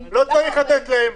לא צריך לתת להם.